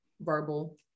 verbal